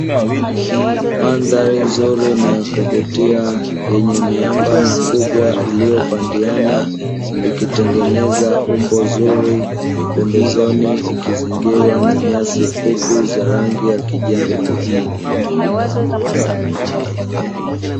Mandhari nzuri ya kuvutia yenye miamba iliyopandiana, ikitengeneza umbo zuri pembezoni ikizingirwa na nyasi za kijani.